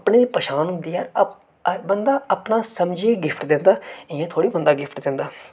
अपनी पन्छान होंदी ऐ हर बंदा अपना समझियै गिफ्ट दिंदा इयां थोह्ड़े बंदा गिफ्ट दिंदा